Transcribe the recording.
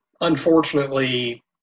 unfortunately